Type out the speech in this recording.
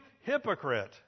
hypocrite